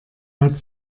hat